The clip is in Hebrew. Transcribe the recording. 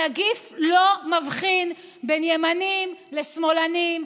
הנגיף לא מבחין בין ימנים לשמאלנים,